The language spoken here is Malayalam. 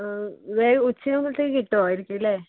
ആ വെ ഉച്ച ആരിക്കുമ്പം എത്തുമായിരിക്കുംക്കും അല്ലേ